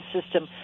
system